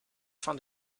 fin